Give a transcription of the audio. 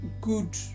good